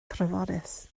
treforys